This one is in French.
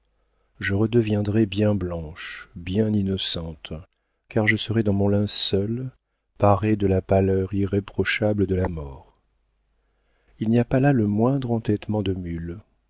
je redeviendrai bien blanche bien innocente car je serai dans mon linceul parée de la pâleur irréprochable de la mort il n'y a pas là le moindre entêtement de mule